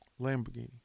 Lamborghini